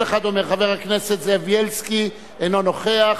חבר הכנסת זאב בילסקי, אינו נוכח,